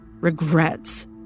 Regrets